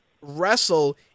wrestle